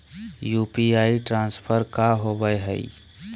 UPI transfer का होव हई?